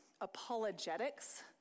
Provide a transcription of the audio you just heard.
apologetics